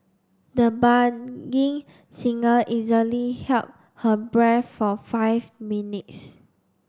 the singer easily held her breath for five minutes